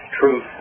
truth